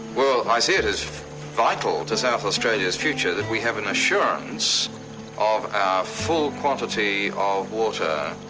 well i see it as vital to south australia's future that we have an assurance of our full quantity of water.